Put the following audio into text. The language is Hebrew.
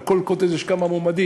על כל קוטג' יש כמה מועמדים,